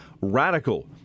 radical